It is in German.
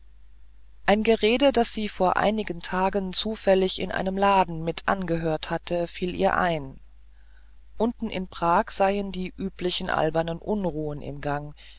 ein gerede das sie vor einigen tagen zufällig in einem laden mit angehört hatte fiel ihr ein unten in prag seien die üblichen albernen unruhen im gang